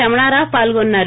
రమణారావు పాల్గొన్నారు